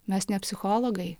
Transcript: mes ne psichologai